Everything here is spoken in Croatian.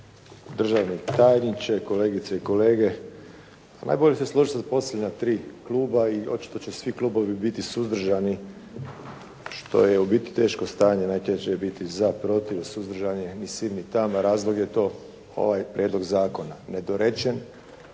državni tajniče, kolegice i kolege. Najbolje se složiti sa posljednja tri kluba i očito će svi klubovi biti suzdržani što je u biti teško stanje, najteže je biti za, protiv, suzdržani ni sim ni tamo, razlog je to ovaj prijedlog zakona nedorečen,